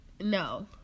No